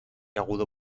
agudo